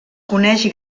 coneix